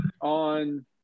on